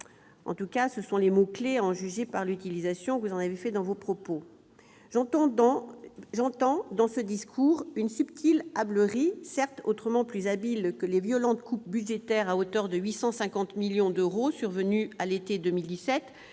en tout cas, ce sont les mots-clefs, à en juger par l'utilisation que vous en avez faite dans vos propos. J'entends, dans ce discours, une subtile hâblerie, autrement plus habile que les violentes coupes budgétaires à hauteur de 850 millions d'euros survenues à l'été 2017,